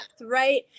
right